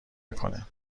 میکنه